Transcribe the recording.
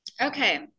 Okay